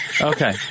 okay